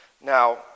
Now